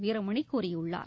வீரமணி கூறியுள்ளார்